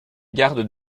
gardes